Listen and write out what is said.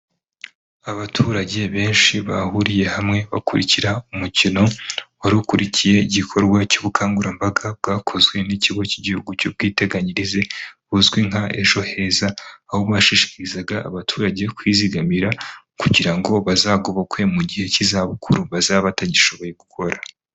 Abaturage benshi bahuriye hamwe, bakurikira umukino warikurikiye igikorwa cy'ubukangurambaga bwakozwe n'ikigo cy'igihugu cy'ubwiteganyirize, buzwi nka ejo heza, aho bashishikarizaga abaturage kwizigamira kugira ngo bazagobokwe mu gihe cy'izabukuru, bazaba batagishoboye gukora.